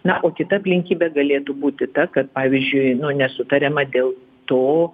na o kita aplinkybė galėtų būti ta kad pavyzdžiui nesutariama dėl to